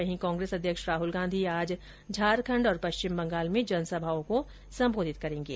वहीं कांग्रेस अध्यक्ष राहल गांधी आज झारखण्ड और पश्चिम बंगाल में जनसभाओं को संबोधित करेंगे